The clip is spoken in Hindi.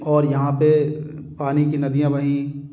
और यहाँ पर पानी की नदियां बहीं